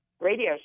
radio